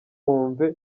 wumve